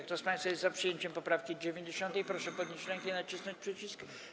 Kto z państwa jest za przyjęciem poprawki 90., proszę podnieść rękę i nacisnąć przycisk.